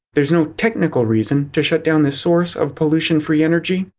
there's no technical reason to shut down this source of pollution-free energy.